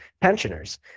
pensioners